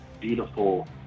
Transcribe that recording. beautiful